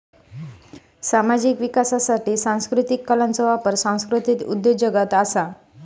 सामाजिक विकासासाठी सांस्कृतीक कलांचो वापर सांस्कृतीक उद्योजगता असा